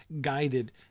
guided